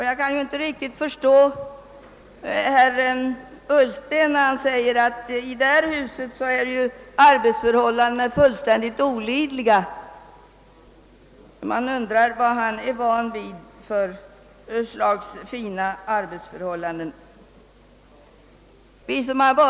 Jag kan inte riktigt förstå herr Ullstens påstående att arbets förhållandena i detta hus är »fullstän digt olidliga». Man undrar vilka fina arbetsförhållanden han är van vid.